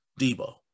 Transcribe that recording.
Debo